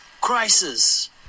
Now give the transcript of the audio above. crisis